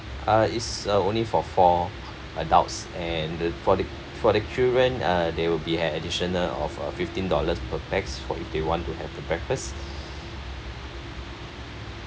uh is uh only for four adults and the for the for the children uh there will be an additional of a fifteen dollars per pax for if they want to have the breakfast